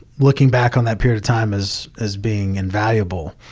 looking back on that period of time as, as being invaluable